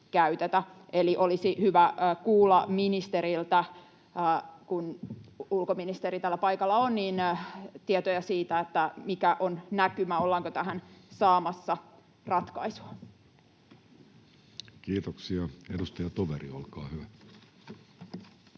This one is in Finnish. Eli olisi hyvä kuulla ministeriltä, kun ulkoministeri täällä paikalla on, tietoja siitä, mikä on näkymä, ollaanko tähän saamassa ratkaisua. [Speech 33] Speaker: Jussi